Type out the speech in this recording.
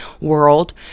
world